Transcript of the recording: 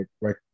right